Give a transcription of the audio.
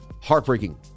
Heartbreaking